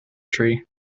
tree